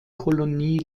kolonie